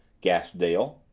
gasped dale.